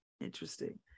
interesting